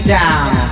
down